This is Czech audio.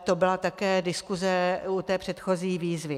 To byla také diskuse u předchozí výzvy.